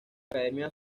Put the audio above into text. academia